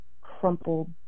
crumpled